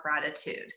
gratitude